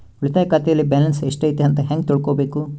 ಉಳಿತಾಯ ಖಾತೆಯಲ್ಲಿ ಬ್ಯಾಲೆನ್ಸ್ ಎಷ್ಟೈತಿ ಅಂತ ಹೆಂಗ ತಿಳ್ಕೊಬೇಕು?